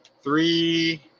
Three